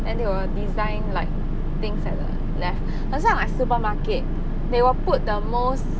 then they will design like things at the left 很像 like supermarket they will put the most